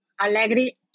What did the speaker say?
Allegri